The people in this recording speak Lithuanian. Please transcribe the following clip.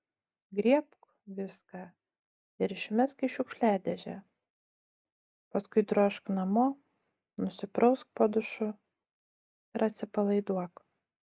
griebk viską ir išmesk į šiukšliadėžę paskui drožk namo nusiprausk po dušu ir atsipalaiduok